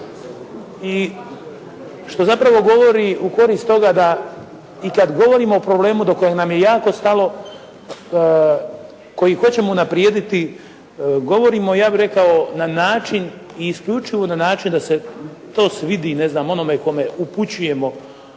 i što zapravo govori u korist toga da i kad govorimo o problemu do kojeg nam je jako stalo, kojeg hoćemo unaprijediti, govorimo ja bih rekao na način i isključivo na način da se to svidi onome kome upućujemo